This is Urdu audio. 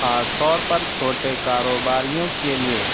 خاص طور پر چھوٹے کاروباریوں کے لیے